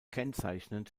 kennzeichnend